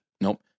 Nope